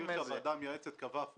הוועדה המייעצת קבעה הפוך.